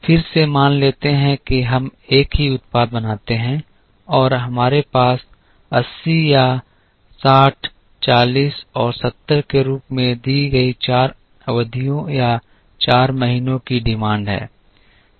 फिर से मान लेते हैं कि हम एक ही उत्पाद बनाते हैं और हमारे पास 80 या 60 40 और 70 के रूप में दी गई चार अवधियों या चार महीनों की मांग है